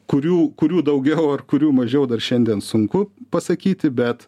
kurių kurių daugiau ar kurių mažiau dar šiandien sunku pasakyti bet